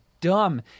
Dumb